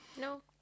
No